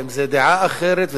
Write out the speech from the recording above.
ואם זה דעה אחרת,